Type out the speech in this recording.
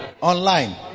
online